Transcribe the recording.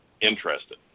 interested